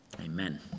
Amen